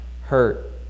hurt